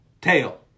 Tail